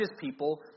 people